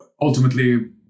ultimately